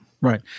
right